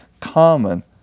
common